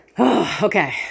Okay